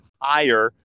higher